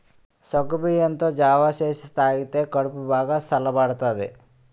సగ్గుబియ్యంతో జావ సేసి తాగితే కడుపు బాగా సల్లబడతాది